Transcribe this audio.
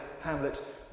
hamlet